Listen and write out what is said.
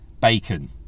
bacon